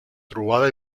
trobada